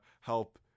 help